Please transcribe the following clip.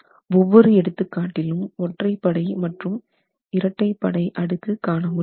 ஒவ்வொரு எடுத்துக் காட்டிலும் ஒற்றைப்படை மற்றும் இரட்டை படை அடுக்கு காண முடிகிறது